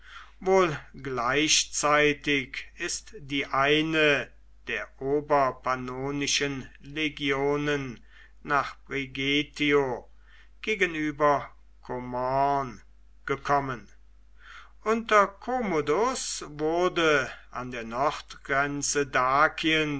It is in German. wohl gleichzeitig ist die eine der oberpannonischen legionen nach brigetio gegenüber komorn gekommen unter commodus wurde an der nordgrenze